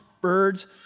birds